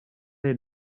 they